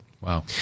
Wow